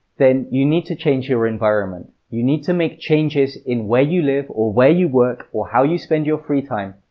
then you need to change your environment. you need to make changes in where you live, or where you work, or how you spend your free time,